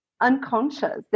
unconscious